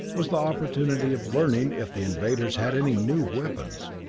was the opportunity of learning if the invaders had any new weapons.